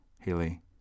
Haley